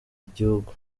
igihugu